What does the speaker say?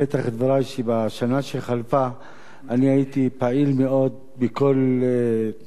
שבשנה שחלפה הייתי פעיל מאוד בכל תנועת המחאה,